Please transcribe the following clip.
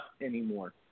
anymore